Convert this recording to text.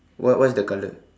what what is the color